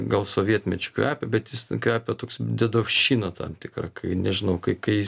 gal sovietmečiu kvepia bet jis kvepia toks dedovšina tam tikra kai nežinau kai kai